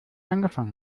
angefangen